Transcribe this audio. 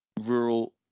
rural